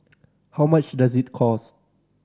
how much does it cost